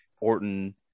Orton